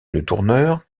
letourneur